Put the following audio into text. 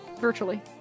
Virtually